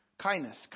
kindness